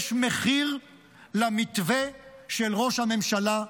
יש מחיר למתווה של ראש הממשלה,